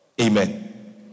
Amen